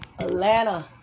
Atlanta